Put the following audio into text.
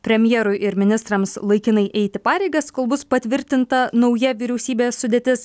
premjerui ir ministrams laikinai eiti pareigas kol bus patvirtinta nauja vyriausybės sudėtis